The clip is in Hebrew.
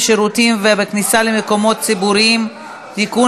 בשירותים ובכניסה למקומות ציבוריים (תיקון